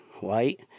white